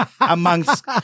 Amongst